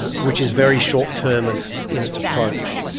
which is very short-termist in its approach.